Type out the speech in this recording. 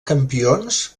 campions